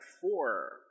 four